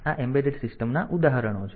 આ એમ્બેડેડ સિસ્ટમના ઉદાહરણો છે